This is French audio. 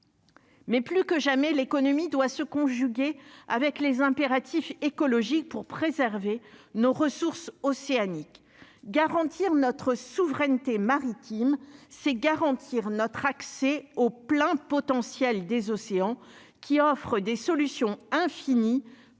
Mais plus que jamais l'économie doit se conjuguer avec les impératifs écologiques pour préserver nos ressources océaniques garantir notre souveraineté maritime, c'est garantir notre accès au plein potentiel des océans qui offre des solutions infini